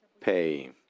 pay